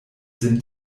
sind